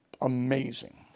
Amazing